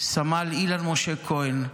סמל אילן משה כהן,